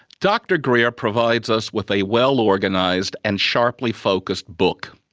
dr greer provides us with a well-organised and sharply focused book.